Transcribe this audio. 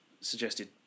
suggested